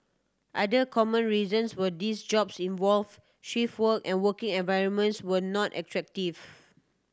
other common reasons were these jobs involved shift work and working environments were not attractive